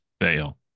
fail